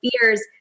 fears